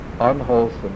unwholesome